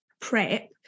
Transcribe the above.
prep